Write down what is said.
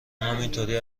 همینطوری